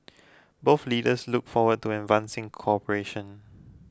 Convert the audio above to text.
both leaders look forward to advancing cooperation